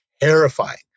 terrifying